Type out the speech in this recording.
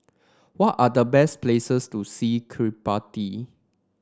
what are the best places to see Kiribati